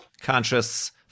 conscious